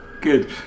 Good